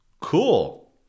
Cool